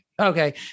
Okay